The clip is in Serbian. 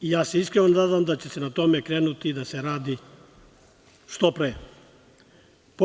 Ja se iskreno nadam da će se na tome krenuti da se radi što pre.